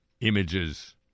images